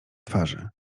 twarzy